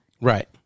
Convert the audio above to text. Right